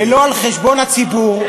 ולא על חשבון הציבור,